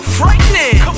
frightening